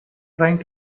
trying